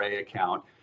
account